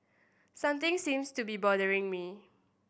something seems to be bothering me